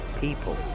people